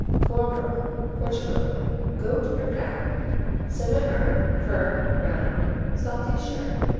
coimbra portugal goat or cow semihard firm round salty sharp.